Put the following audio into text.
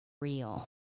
real